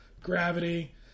gravity